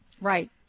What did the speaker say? Right